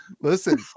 listen